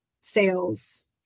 sales